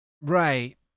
Right